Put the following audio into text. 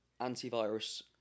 antivirus